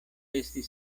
esti